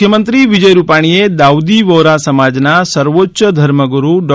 મુખ્યમંત્રી વિજય રૂપાણીએ દાઉદી વ્હોરા સમાજના સર્વોચ્ય ઘર્મગુરૂ ડો